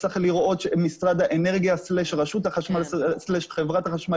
משרד האנרגיה/רשות החשמל/חברת החשמל